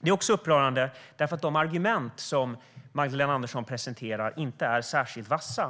Det är även upprörande därför att de argument Magdalena Andersson presenterar inte är särskilt vassa.